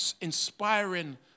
inspiring